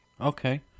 okay